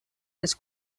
les